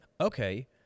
Okay